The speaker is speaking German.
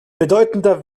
bedeutender